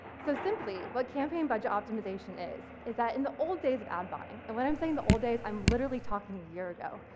so simply, what campaign budget optimisation is, is that in the old days of ad buying, and what i'm saying the old days i'm literally talking a year ago,